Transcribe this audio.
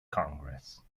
congress